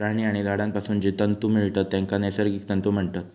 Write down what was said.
प्राणी आणि झाडांपासून जे तंतु मिळतत तेंका नैसर्गिक तंतु म्हणतत